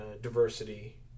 diversity